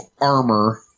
armor